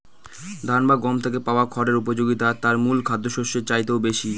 ধান বা গম থেকে পাওয়া খড়ের উপযোগিতা তার মূল খাদ্যশস্যের চাইতেও বেশি